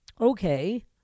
Okay